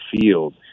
field